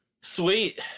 sweet